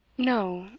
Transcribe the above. no,